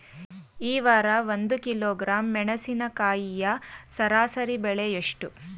ಈ ವಾರ ಒಂದು ಕಿಲೋಗ್ರಾಂ ಮೆಣಸಿನಕಾಯಿಯ ಸರಾಸರಿ ಬೆಲೆ ಎಷ್ಟು?